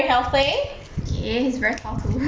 he is very tall too